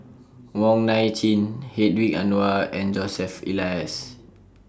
Wong Nai Chin Hedwig Anuar and Joseph Elias